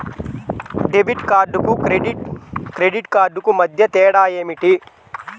Debit కార్డుకు credit credit కార్డుకు మధ్య తేడా ఏమిటీ?